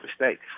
mistakes